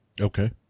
Okay